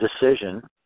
decision